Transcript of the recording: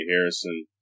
Harrison